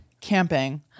Camping